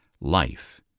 Life